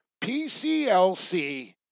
PCLC